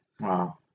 Wow